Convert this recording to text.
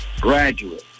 graduate